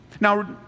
now